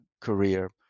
career